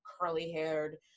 curly-haired